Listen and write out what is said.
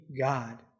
God